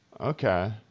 Okay